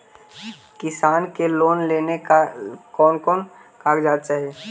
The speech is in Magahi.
किसान के लोन लेने ला कोन कोन कागजात चाही?